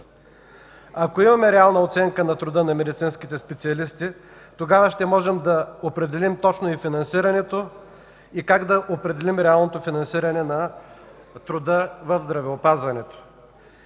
Ако имаме реална оценка на труда на медицинските специалисти, тогава ще можем да определим точно финансирането и как да определим реалното финансиране на труда в здравеопазването.